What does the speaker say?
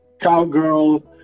cowgirl